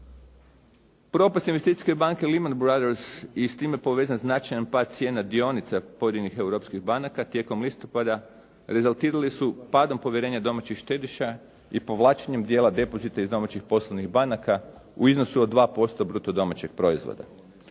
Propast investicijske banke "Lehman brothers" i s time povezan značajan pad cijena dionica pojedinih europskih banaka tijekom listopada rezultirali su padom povjerenja domaćih štediša i povlačenjem dijela depozita iz domaćih poslovnih banaka u iznosu od 2% bruto domaćeg proizvoda.